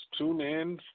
TuneIn